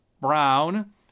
Brown